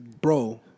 Bro